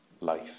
life